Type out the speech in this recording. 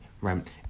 right